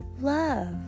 Love